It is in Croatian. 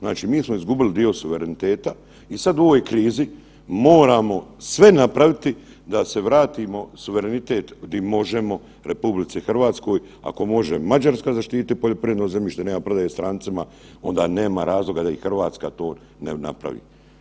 Znači, mi smo izgubili dio suvereniteta i sad u ovoj krizi moramo sve napraviti da se vratimo suverenitet di možemo RH, ako može Mađarska zaštititi poljoprivredno zemljište, nema prodaje strancima, onda nema razloga da i Hrvatska to ne napravi.